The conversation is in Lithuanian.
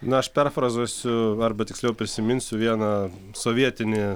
na aš perfrazuosiu arba tiksliau prisiminsiu vieną sovietinį